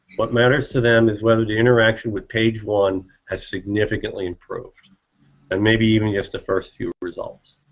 what matters to them whether the interaction with page one has significantly improved and maybe even just the first few results.